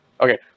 Okay